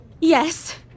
Yes